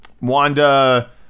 Wanda